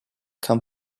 come